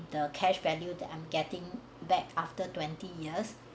the cash value that I'm getting back after twenty years